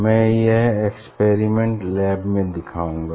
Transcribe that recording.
मैं यह experiment lab में दिखाऊंगा